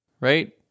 right